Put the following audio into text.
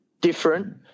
different